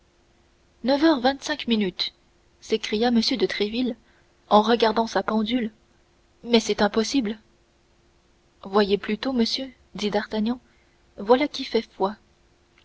neuf heures vingt-cinq minutes s'écria m de tréville en regardant sa pendule mais c'est impossible voyez plutôt monsieur dit d'artagnan voilà qui fait foi